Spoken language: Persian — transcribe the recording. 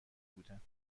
بودند